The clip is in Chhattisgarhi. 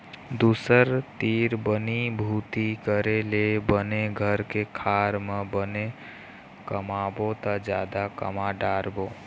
दूसर तीर बनी भूती करे ले बने घर के खार म बने कमाबो त जादा कमा डारबो